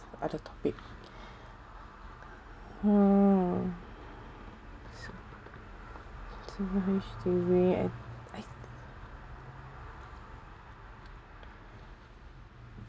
other topic hmm H_D_B